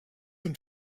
und